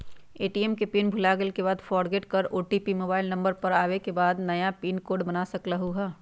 ATM के pin भुलागेल के बाद फोरगेट कर ओ.टी.पी मोबाइल नंबर पर आवे के बाद नया पिन कोड बना सकलहु ह?